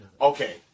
Okay